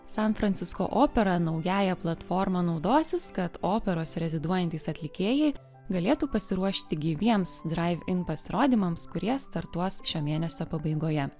san francisko opera naująja platforma naudosis kad operos reziduojantys atlikėjai galėtų pasiruošti gyviems draiv in pasirodymams kurie startuos šio mėnesio pabaigoje